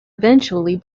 eventually